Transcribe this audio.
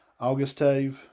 Augustave